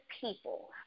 people